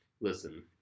listen